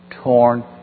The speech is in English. Torn